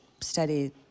study